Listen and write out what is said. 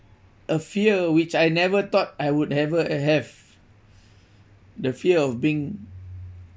a fear which I never thought I would ever have the fear of being